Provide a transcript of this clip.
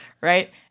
right